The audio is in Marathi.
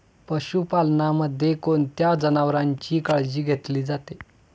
पशुपालनामध्ये कोणत्या जनावरांची काळजी घेतली जाते?